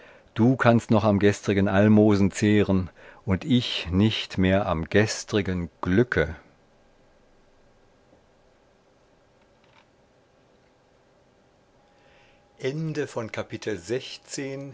du kannst noch am gestrigen almosen zehren und ich nicht mehr am gestrigen glücke